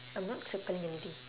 I'm not circling anything